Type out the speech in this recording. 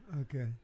Okay